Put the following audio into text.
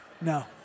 no